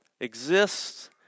exists